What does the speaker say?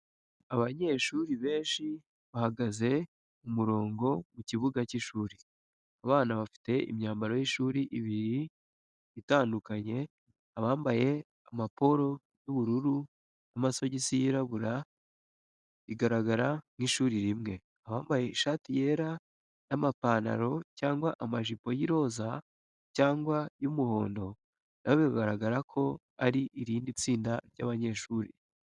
Abanyeshuri benshi bahagaze mu murongo mu kibuga cy’ishuri. Abana bafite imyambaro y’ishuri ibiri itandukanye abambaye amaporo y’ubururu n’amasogisi yirabura bigaragara nk’ishuri rimwe. Abambaye ishati yera n’amapantaro cyangwa amajipo y’iroza cyangwa y’umuhondo nabo bigaragara ko ari irindi tsinda ry’abanyeshuri.